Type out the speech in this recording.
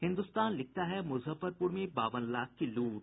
हिन्दुस्तान लिखता है मुजफ्फरपुर में बावन लाख की लूट